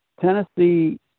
Tennessee